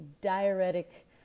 diuretic